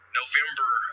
november